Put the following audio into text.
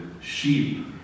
Sheep